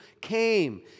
came